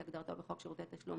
כהגדרתו בחוק שירותי תשלום,